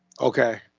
Okay